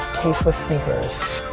kswiss sneakers,